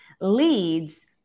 leads